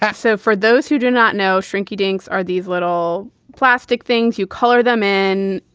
ah so for those who do not know shrinky dinks are these little plastic things. you color them in.